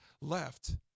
left